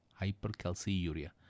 hypercalciuria